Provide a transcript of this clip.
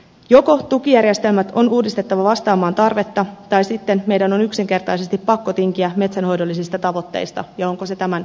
joko tukijärjestelmät on uudistettava vastaamaan tarvetta tai sitten meidän on yksinkertaisesti pakko tinkiä metsänhoidollisista tavoitteista ja onko se tämän salin tavoite